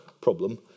problem